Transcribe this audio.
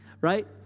Right